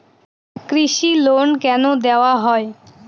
কৃষি লোন কেন দেওয়া হয়?